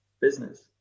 business